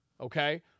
okay